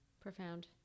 Profound